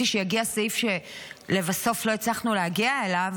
שיגיע הסעיף שלבסוף לא הצלחנו להגיע אליו,